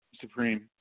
Supreme